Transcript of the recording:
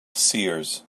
seers